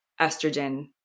estrogen